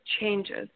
changes